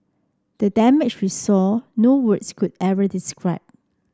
the damage we saw no words could ever describe